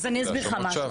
אז אני אסביר לך משהו.